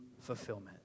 fulfillment